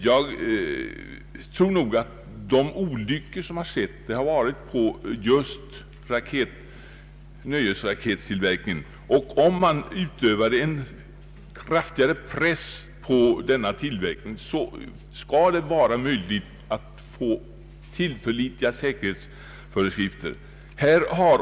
Jag tror dock att de olyckor som skett har inträffat inom nöjesrakettillverkningen. Om man utövade en krafligare press på denna tillverkning skulle det vara möjligt att få tillförlitliga säkerhetsföreskrifter.